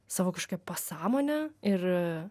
savo kažkokią pasąmonę ir